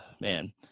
man